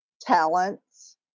talents